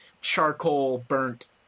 charcoal-burnt